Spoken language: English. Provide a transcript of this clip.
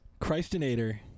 Christinator